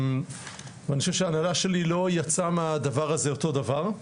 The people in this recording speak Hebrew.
אני חושב שההנהלה שלי לא יצאה מהדבר הזה אותו דבר,